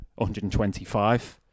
125